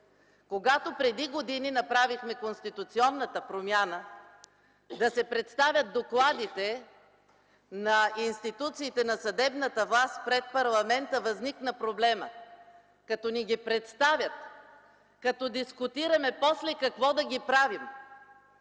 Когато преди години направихме конституционната промяна докладите на институциите на съдебната власт да се представят пред парламента, възникна проблемът – като ни ги представят, като дискутираме, после какво да ги правим?